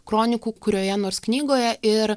kronikų kurioje nors knygoje ir